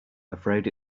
afraid